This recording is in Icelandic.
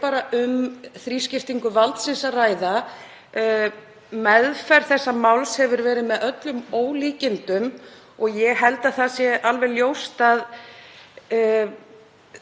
bara um þrískiptingu valdsins að ræða. Meðferð þessa máls hefur verið með öllum ólíkindum og ég held að það sé alveg ljóst að forseti